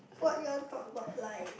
what you want to talk about life